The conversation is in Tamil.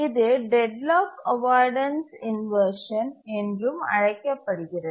இது டெட்லாக் அவாய்டன்ஸ் இன்வர்ஷன் என்றும் அழைக்கப்படுகிறது